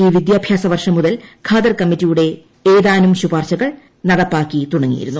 ഈ വിദ്യാഭ്യാസ വർഷം മുതൽ ഖാദർ കമ്മിറ്റിയുടെ ഏതാനും ശുപാർശകൾ നടപ്പാക്കി തുടങ്ങിയിരുന്നു